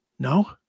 No